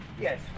Yes